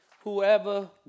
whoever